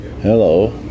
Hello